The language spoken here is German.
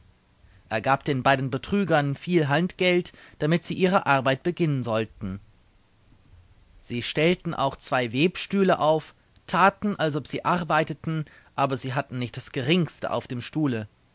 er gab den beiden betrügern viel handgeld damit sie ihre arbeit beginnen sollten sie stellten auch zwei webstühle auf thaten als ob sie arbeiteten aber sie hatten nicht das geringste auf dem stuhle